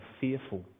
fearful